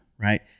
right